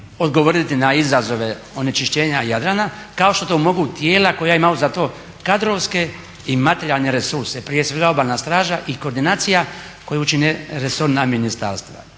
odgovoriti na izazove onečišćenja Jadrana kao što to mogu tijela koja imaju za to kadrovske i materijalne resurse, prije svega obalna straža i koordinacija koju čine resorna ministarstva.